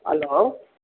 hello